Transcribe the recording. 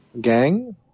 Gang